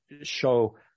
show